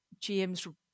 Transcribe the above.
GMs